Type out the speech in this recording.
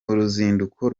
uruzinduko